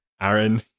Aaron